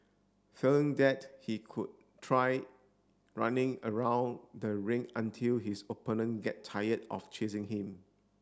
failing that he could try running around the ring until his opponent get tired of chasing him